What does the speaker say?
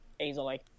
easily